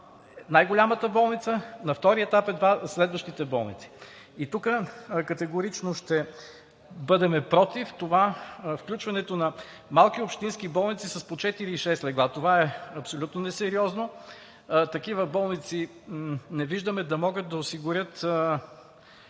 най-голямата болница, на втория етап са едва следващите болници. Тук категорично ще бъдем против – включването на малки общински болници с по четири и шест легла. Това е абсолютно несериозно. Такива болници не виждаме да могат да осигурят